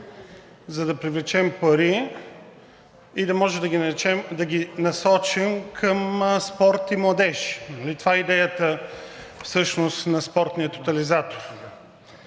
за да привлечем пари и да можем да ги насочим към спорт и младежи, нали това е идеята всъщност на Спортния тотализатор.